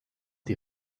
die